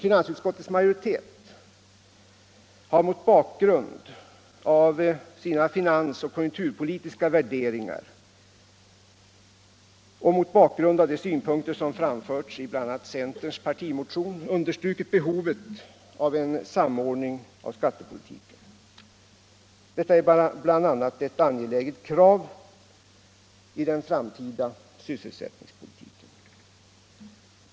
Finansutskottets majoritet har mot bakgrund av sina finansoch konjunkturpolitiska värderingar och de synpunkter som framförts i centerns partimotion understrukit behovet av en samordning av skattepolitiken. Detta är bl.a. ett angeläget krav i den framtida sysselsättningspolitiken.